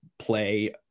play